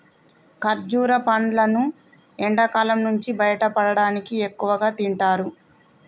ఖర్జుర పండ్లును ఎండకాలం నుంచి బయటపడటానికి ఎక్కువగా తింటారు